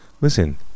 Listen